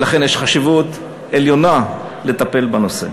ולכן יש חשיבות עליונה לטפל בנושא.